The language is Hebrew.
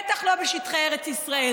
בטח לא בשטחי ארץ ישראל.